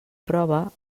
prova